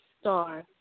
star